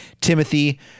Timothy